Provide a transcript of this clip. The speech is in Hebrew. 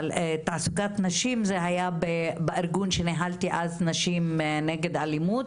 זה היה בארגון שארגנתי אז נשים נגד אלימות.